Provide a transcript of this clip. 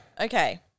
Okay